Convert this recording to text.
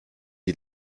die